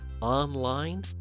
Online